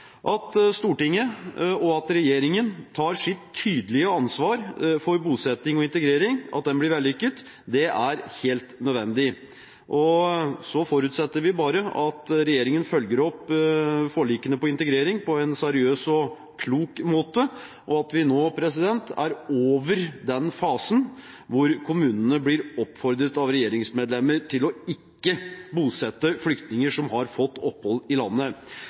At Stortinget og regjeringen tar sitt tydelige ansvar for bosetting og integrering og at det blir vellykket, er helt nødvendig. Så forutsetter vi bare at regjeringen følger opp forlikene om integrering på en seriøs og klok måte, og at vi nå er over den fasen hvor kommunene blir oppfordret av regjeringsmedlemmer til ikke å bosette flyktninger som har fått opphold i landet.